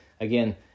Again